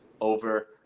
over